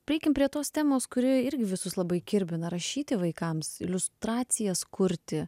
prieikim prie tos temos kuri irgi visus labai kibina rašyti vaikams iliustracijas kurti